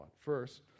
First